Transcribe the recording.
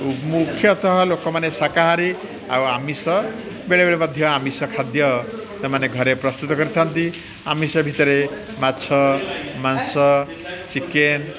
ମୁଖ୍ୟତଃ ଲୋକମାନେ ଶାକାହାରୀ ଆଉ ଆମିଷ ବେଳେବେଳେ ମଧ୍ୟ ଆମିଷ ଖାଦ୍ୟ ସେମାନେ ଘରେ ପ୍ରସ୍ତୁତ କରିଥାନ୍ତି ଆମିଷ ଭିତରେ ମାଛ ମାଂସ ଚିକେନ୍